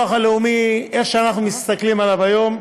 הלאומי, איך שאנחנו מסתכלים עליו היום,